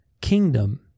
kingdom